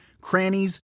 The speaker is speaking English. crannies